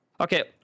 Okay